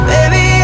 Baby